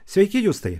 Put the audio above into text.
sveiki justai